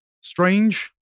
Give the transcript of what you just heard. strange